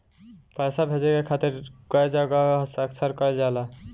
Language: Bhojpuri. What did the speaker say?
पैसा भेजे के खातिर कै जगह हस्ताक्षर कैइल जाला?